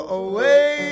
away